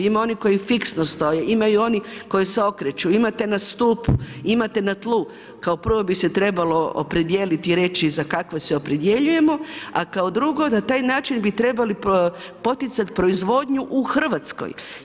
Imaju one koji fiksno stoje, ima one koje se okreću, imate na stupu, imate na tlu, kao prvo bi se treba opredijeliti i reći, za kakve se opredjeljujemo, a kao drugo, na taj način bi trebali poticati proizvodnju u Hrvatskoj.